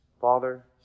Father